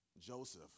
Joseph